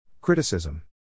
Criticism